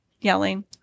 yelling